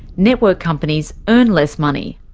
network companies earn less money.